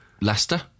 Leicester